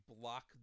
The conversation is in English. block